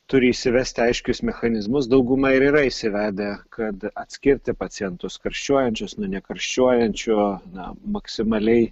turi įsivesti aiškius mechanizmus dauguma ir yra įsivedę kad atskirti pacientus karščiuojančius nuo nekarščiuojančių na maksimaliai